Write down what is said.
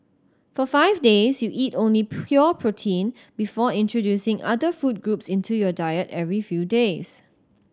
for five days you eat only pure protein before introducing other food groups into your diet every few days